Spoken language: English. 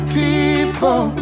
people